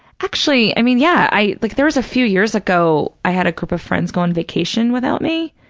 actually, i mean, yeah, i, like there was a few years ago, i had a group of friends go on vacation without me.